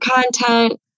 content